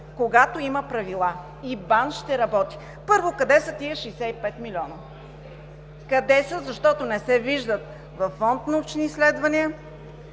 когато има правила. И БАН ще работи. Първо, къде са тези 65 милиона? Къде са, защото не се виждат във Фонд „Научни изследвания“?